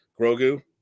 Grogu